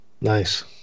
Nice